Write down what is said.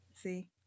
See